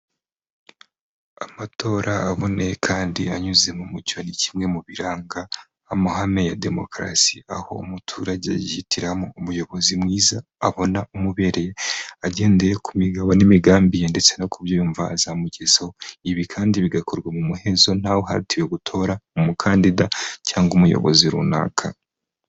Amatora aboneye kandi anyuze mu mucyo ni kimwe mu biranga amahame ya demokarasi, aho umuturage yihitiramo umuyobozi mwiza, abona umubereye agendeye ku migabo n'imigambi ye ndetse no ku byo yumva azamugezaho, ibi kandi bigakorwa mu muhezo nta we uhatiwe gutora umukandida cyangwa umuyobozi runaka.